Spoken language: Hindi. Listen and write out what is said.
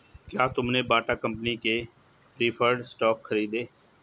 क्या तुमने बाटा कंपनी के प्रिफर्ड स्टॉक खरीदे?